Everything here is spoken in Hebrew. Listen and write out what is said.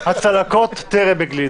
הצלקות טרם הגלידו.